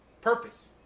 Purpose